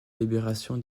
libération